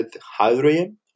hydrogen